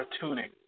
tuning